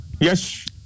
Yes